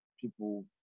people